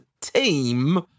team